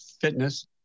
fitness